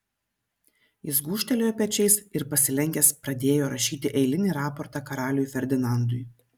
jis gūžtelėjo pečiais ir pasilenkęs pradėjo rašyti eilinį raportą karaliui ferdinandui